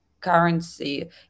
currency